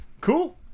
cool